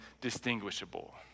distinguishable